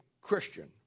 Christian